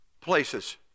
places